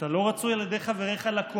אתה לא רצוי על ידי חבריך לקואליציה,